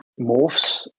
morphs